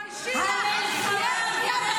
תתביישי לך.